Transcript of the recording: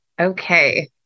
Okay